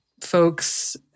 folks